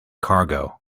cargo